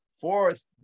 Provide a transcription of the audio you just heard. fourth